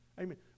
Amen